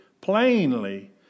plainly